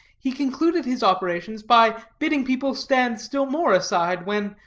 he concluded his operations by bidding people stand still more aside, when,